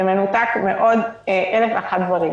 במנותק מעוד אלף ואחד דברים,